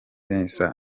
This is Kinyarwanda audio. vincent